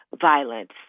violence